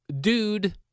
Dude